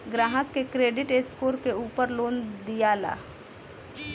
ग्राहक के credit score के उपर लोन दियाला